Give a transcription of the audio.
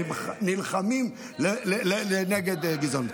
שנלחמים נגד גזענות.